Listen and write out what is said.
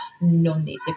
non-native